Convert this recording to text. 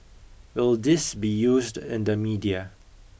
will this be used in the media